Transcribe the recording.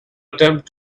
attempt